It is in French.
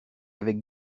avec